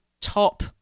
top